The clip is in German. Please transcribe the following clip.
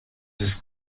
ist